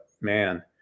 man